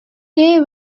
gay